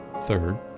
Third